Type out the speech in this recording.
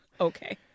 Okay